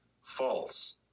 false